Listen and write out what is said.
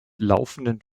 laufenden